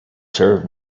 served